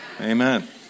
Amen